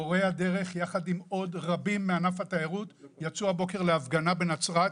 מורי הדרך יחד עם עוד רבים מענף התיירות יצאו היום להפגנת ענק בנצרת,